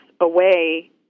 away